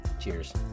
Cheers